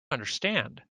understand